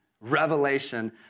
revelation